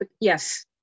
yes